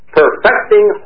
perfecting